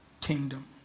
kingdom